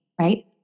right